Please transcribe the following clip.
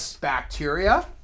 bacteria